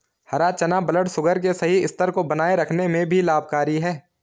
हरा चना ब्लडशुगर के सही स्तर को बनाए रखने में भी लाभकारी है